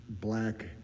black